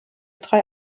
drei